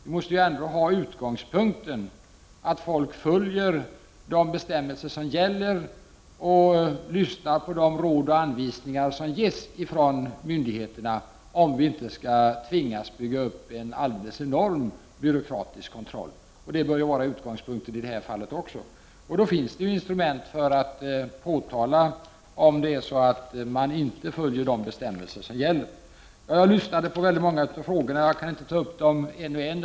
Vi måste trots allt ha utgångspunkten att människor följer de bestämmelser som gäller och lyssnar till de råd och anvisningar som ges från myndigheterna. Annars tvingas vi bygga upp en enorm byråkratisk kontroll. Det bör vara utgångspunkten också i det här fallet. Det finns instrument för att påtala för den händelse att man inte följer de bestämmelser som gäller. Jag har lyssnat på alla de många frågorna, och jag kan inte ta upp dem en och en.